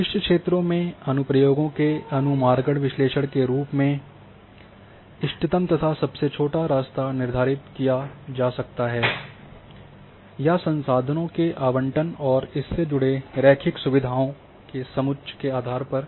विशिष्ट क्षेत्रों में अनुप्रयोगों से अनुमार्गण विश्लेषण के रूप में इष्टतम तथा सबसे छोटा रास्ता निर्धारित किया जा सकता है या संसाधनों के आवंटन और इससे जुड़े रैखिक सुविधाओं के समुच्चय के आधार पर